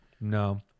No